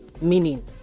meaning